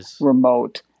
remote